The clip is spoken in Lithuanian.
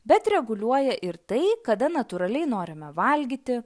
bet reguliuoja ir tai kada natūraliai norime valgyti